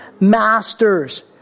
masters